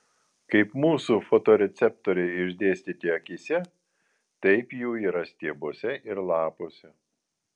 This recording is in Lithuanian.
kaip mūsų fotoreceptoriai išdėstyti akyse taip jų yra stiebuose ir lapuose